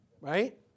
right